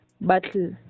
battle